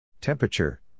Temperature